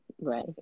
right